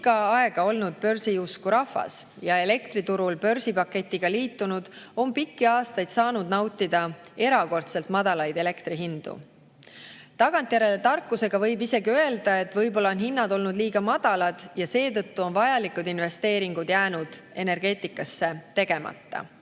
pikka aega olnud börsiusku rahvas ja elektriturul börsipaketiga liitunud on pikki aastaid saanud nautida erakordselt madalaid elektrihindu. Tagantjärele tarkusena võib isegi öelda, et võib-olla on hinnad olnud liiga madalad ja seetõttu on vajalikud investeeringud jäänud energeetikasse tegemata.